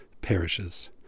perishes